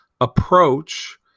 approach